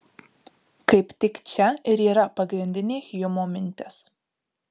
kaip tik čia ir yra pagrindinė hjumo mintis